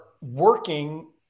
working